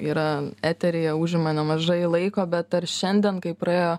yra eteryje užima nemažai laiko bet ar šiandien kai praėjo